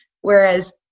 Whereas